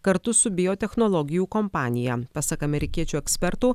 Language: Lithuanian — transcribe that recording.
kartu su biotechnologijų kompanija pasak amerikiečių ekspertų